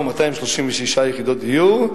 או 236 יחידות דיור,